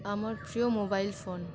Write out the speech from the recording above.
আমার প্রিয় mobile phone